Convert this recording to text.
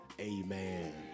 Amen